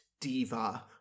Diva